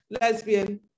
lesbian